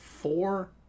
Four